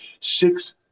six